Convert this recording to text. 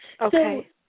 Okay